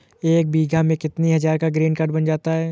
एक बीघा में कितनी हज़ार का ग्रीनकार्ड बन जाता है?